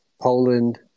Poland